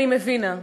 אני מבינה,